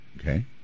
Okay